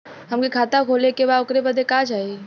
हमके खाता खोले के बा ओकरे बादे का चाही?